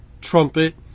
trumpet